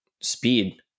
speed